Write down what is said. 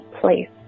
place